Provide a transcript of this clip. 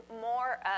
more